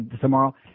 tomorrow